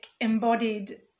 embodied